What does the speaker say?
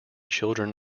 children